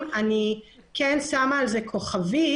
--- אני כן שמה על זה כוכבית.